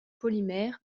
polymère